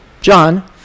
John